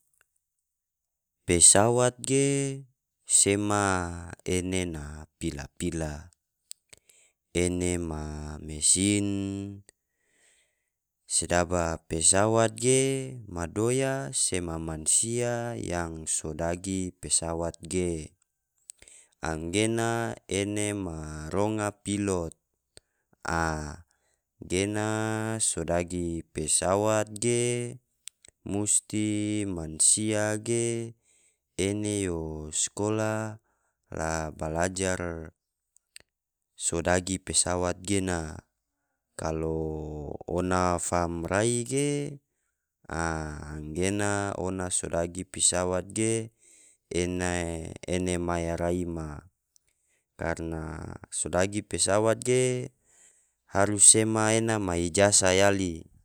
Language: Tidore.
pesawat ge semaa ene ma pila-pila, ene ma mesin sedaba pesawat ge madoya sema mansia yang sodagi pesawat ge, anggena ene ma ronga pilot, aa genaa sodagi pesawat gee mustii mansia gee ene yo skola la balajar sodagi pesawat gena, kalo ona fang rai ge, aa nggena ona so dagi pesawat ge ena ene maya rai ma, karna sodagi pesawat ge harus sema ena ma ijasa yali.